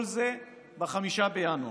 כל זה ב-5 בינואר.